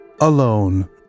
alone